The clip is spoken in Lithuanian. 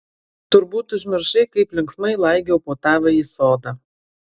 turbūt užmiršai kaip linksmai laigiau po tavąjį sodą